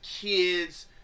kids